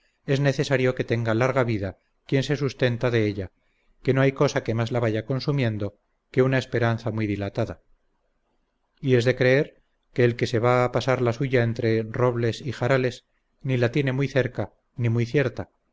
es necesario que tenga larga vida quien se sustenta de ella que no hay cosa que más la vaya consumiendo que una esperanza muy dilatada y es de creer que el que se va a pasar la suya entre robles y jarales ni la tiene muy cerca ni muy cierta